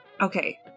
Okay